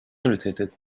irritated